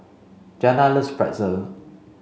Giana loves Pretzel